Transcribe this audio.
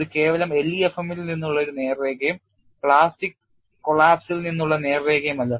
ഇത് കേവലം LEFM ൽ നിന്നുള്ള ഒരു നേർരേഖയും പ്ലാസ്റ്റിക് തകർച്ചയിൽ നിന്നുള്ള നേർരേഖയുമല്ല